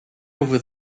over